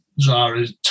Zara's